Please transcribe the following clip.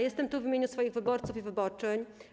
Jestem tu w imieniu swoich wyborców i wyborczyń.